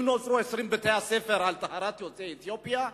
אם נוצרו 20 בתי-ספר על טהרת יוצאי אתיופיה,